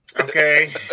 Okay